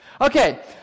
Okay